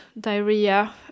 diarrhea